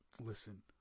listen